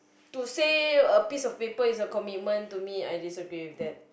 to say a piece a paper is a commitment to me I disagree with that